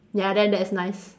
ya then that's nice